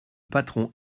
patron